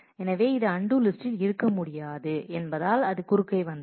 எனவே இது அன்டூ லிஸ்ட்டில் இருக்க முடியாது என்பதால் அது குறுக்கே வந்தது